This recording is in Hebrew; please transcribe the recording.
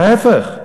ההפך.